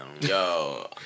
Yo